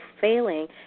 failing